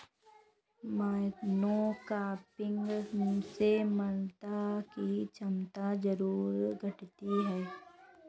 monocropping से मृदा की क्षमता जरूर घटती है